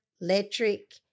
electric